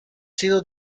sido